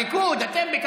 אנחנו.